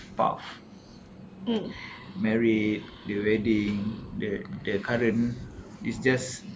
path marriage the wedding the the current is just